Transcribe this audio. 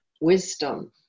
wisdom